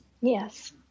Yes